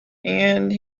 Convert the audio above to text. and